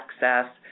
access